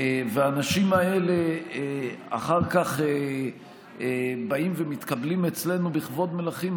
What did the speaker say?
והאנשים האלה אחר כך באים ומתקבלים אצלנו בכבוד מלכים,